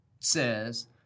Says